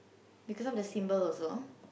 because of the symbol also